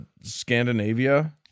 Scandinavia